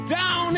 Down